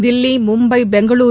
Delhi Mumbai Bengaluru